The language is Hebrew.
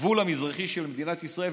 הגבול המזרחי של מדינת ישראל,